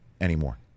anymore